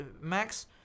max